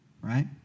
right